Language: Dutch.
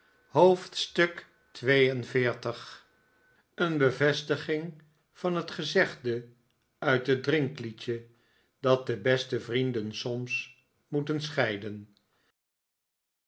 hoofdstuk xlii een bevestiging van het gezegde uit het drinkliedje dat de beste vrienden soms moeten scheiden